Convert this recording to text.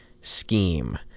scheme